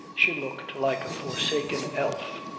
she looked like a forsaken elf.